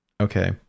okay